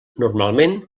normalment